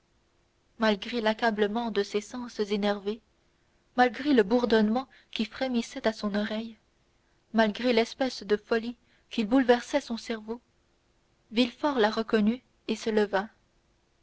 malgré l'accablement de ses sens énervés malgré le bourdonnement qui frémissait à son oreille malgré l'espèce de folie qui bouleversait son cerveau villefort la reconnut et se leva